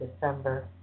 December